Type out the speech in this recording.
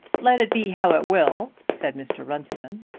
let it be how it will, said mr. runciman,